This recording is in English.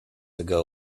ago